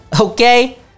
Okay